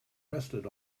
rested